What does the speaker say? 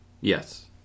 Yes